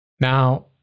Now